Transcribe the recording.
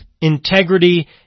integrity